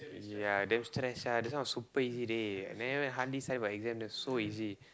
ya damn stress sia this one was super easy dey I never even hardly study for exam that's so easy